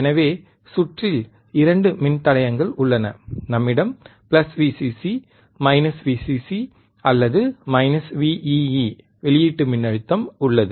எனவே சுற்றில் இரண்டு மின்தடையங்கள் உள்ளன நம்மிடம் Vcc Vcc அல்லது Vee வெளியீட்டு மின்னழுத்தம் உள்ளது